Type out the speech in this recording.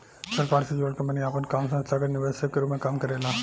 सरकार से जुड़ल कंपनी आपन काम संस्थागत निवेशक के रूप में काम करेला